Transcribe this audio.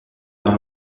dans